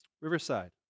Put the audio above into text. Riverside